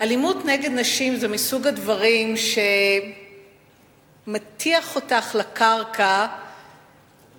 אלימות נגד נשים זה מסוג הדברים שמטיח אותך לקרקע בתקופה,